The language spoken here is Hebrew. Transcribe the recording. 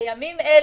בימים אלה,